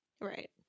Right